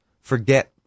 forget